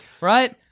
Right